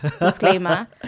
Disclaimer